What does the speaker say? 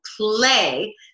play